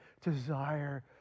desire